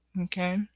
Okay